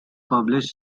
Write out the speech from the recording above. published